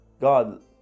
God